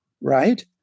right